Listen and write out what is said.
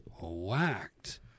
whacked